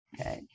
Okay